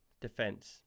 defense